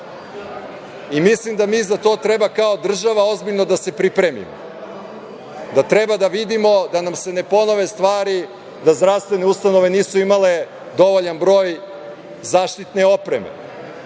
Mislim da mi za to treba kao država ozbiljno da se pripremimo, da treba da vidimo da nam se ne ponove stvari, da zdravstvene ustanove nisu imale dovoljan broj zaštitne opreme,